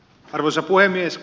arvoisa puhemies